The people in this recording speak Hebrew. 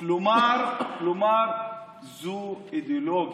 כלומר זו אידיאולוגיה.